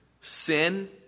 sin